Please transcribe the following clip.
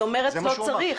היא אומרת לא צריך.